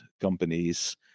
companies